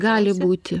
gali būti